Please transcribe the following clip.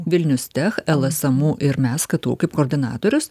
vilnius tech lsmu ir mes ktu kaip koordinatorius